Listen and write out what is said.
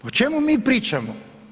O čemu mi pričamo?